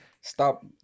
stop